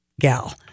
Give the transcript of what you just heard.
gal